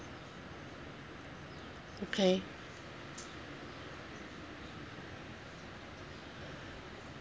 okay